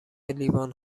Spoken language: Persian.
لیوان